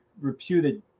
reputed